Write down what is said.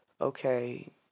okay